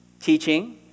Teaching